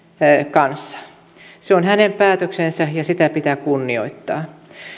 kanssa se on hänen päätöksensä ja sitä pitää kunnioittaa